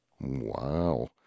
Wow